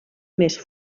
més